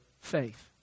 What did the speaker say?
faith